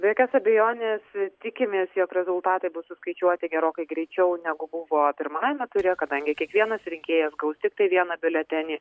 be jokios abejonės tikimės jog rezultatai bus suskaičiuoti gerokai greičiau negu buvo pirmajame ture kadangi kiekvienas rinkėjas gaus tiktai vieną biuletenį